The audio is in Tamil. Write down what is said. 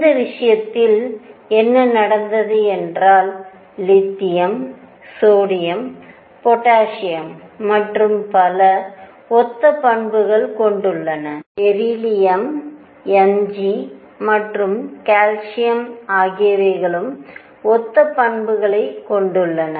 இந்த விஷயத்தில் என்ன நடந்தது என்றால் lithium sodium potassium lithium sodium potassium மற்றும் பல ஒத்த பண்புகள் கொண்டுள்ளன பெரிலியம் எம்ஜி மற்றும் கால்சியம் ஆகியவைகளும் ஒத்த பண்புகளை கொண்டுள்ளன